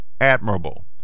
admirable